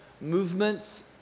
movements